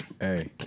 Hey